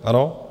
Ano?